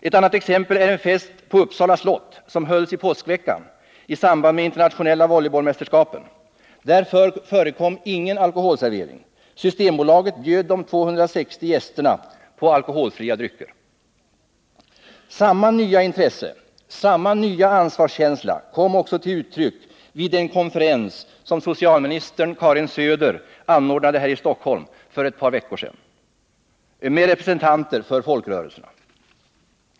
Ett annat exempel är en fest på Uppsala slott som hölls i påskveckan i samband med de internationella volleybollmästerskapen. Där förekom ingen alkoholservering. Systembolaget bjöd de 260 gästerna på alkoholfria drycker. Samma nya intresse, samma nya ansvarskänsla, kom också till uttryck vid den konferens som socialministern Karin Söder anordnade här i Stockholm för ett par veckor sedan med representanter för folkrörelserna.